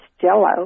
jello